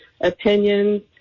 opinions